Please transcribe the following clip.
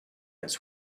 its